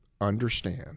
understand